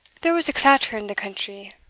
there was a clatter in the country,